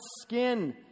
skin